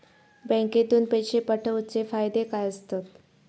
बँकेतून पैशे पाठवूचे फायदे काय असतत?